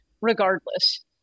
regardless